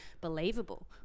believable